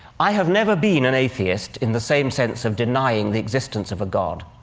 i have never been an atheist in the same sense of denying the existence of a god.